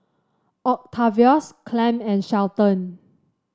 Octavius Clem and Shelton